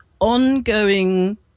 ongoing